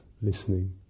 listening